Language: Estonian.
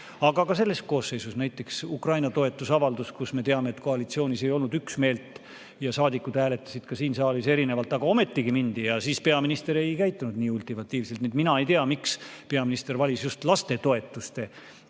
Aga ka selles koosseisus oli näiteks toetusavaldus Ukrainale, kus me teame, et koalitsioonis ei olnud üksmeelt ja saadikud hääletasid ka siin saalis erinevalt. Aga siis peaminister ei käitunud nii ultimatiivselt. Nii et mina ei tea, miks peaminister valis just lastetoetuste